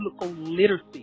literacy